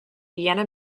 vienna